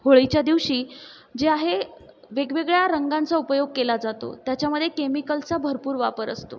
होळीच्या दिवशी जे आहे वेगवेगळ्या रंगांचा उपयोग केला जातो त्याच्यामध्ये केमिकलचा भरपूर वापर असतो